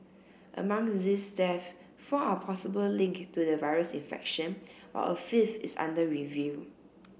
among these deaths four are possible linked to the virus infection while a fifth is under review